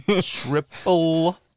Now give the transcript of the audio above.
Triple